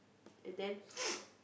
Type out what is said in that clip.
and then